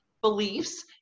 beliefs